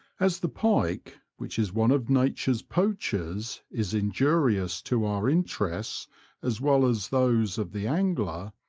as the pike, which is one of nature's poachers, is injurious to our interests as well as those of the angler,